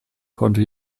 konnte